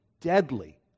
deadly